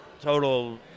total